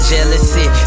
Jealousy